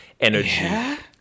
energy